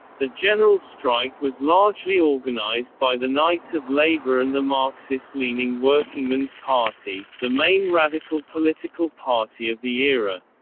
the general strike was largely organized by the knights of labor and the marxist-leaning workingmen's party, the main radical political party of the era.